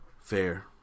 Fair